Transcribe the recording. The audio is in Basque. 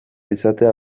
izatea